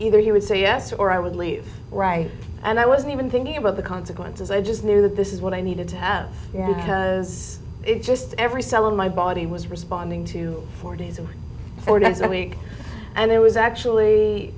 either he would say yes or i would leave right and i wasn't even thinking about the consequences i just knew that this is what i needed to have yeah because it just every cell in my body was responding to you for days or nights a week and it was actually